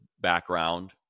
background